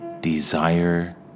desire